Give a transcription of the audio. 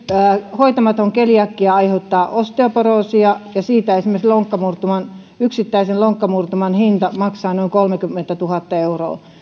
hoitamaton keliakia aiheuttaa myös osteoporoosia ja siitä esimerkiksi yksittäisen lonkkamurtuman hinta on noin kolmekymmentätuhatta euroa tämä